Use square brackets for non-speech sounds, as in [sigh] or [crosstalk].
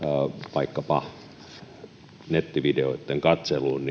vaikkapa nettivideoitten katseluun [unintelligible]